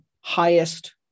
highest